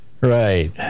right